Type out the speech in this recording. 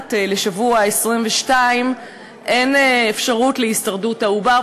מתחת לשבוע 22 אין אפשרות להישרדות העובר.